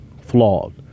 flawed